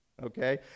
Okay